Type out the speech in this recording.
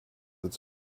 its